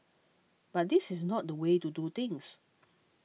but this is not the way to do things